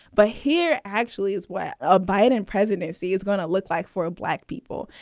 but here actually as well, a biden presidency is going to look like for a black people.